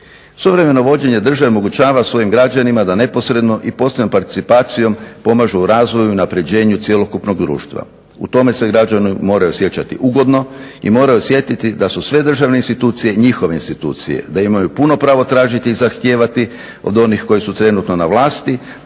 Suvremeno vođenje države omogućava svojim građanima da neposredno i posredno participacijom pomažu u razvoju i unapređenju cjelokupnog društva. U tome se građani moraju osjećati ugodno i moraju osjetiti da su sve državne institucije njihove institucije, da imaju puno pravo tražiti i zahtijevati od onih koji su trenutno na vlasti